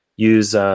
use